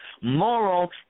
moral